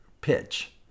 pitch